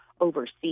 overseas